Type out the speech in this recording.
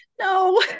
No